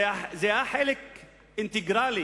זה היה חלק אינטגרלי